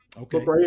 Okay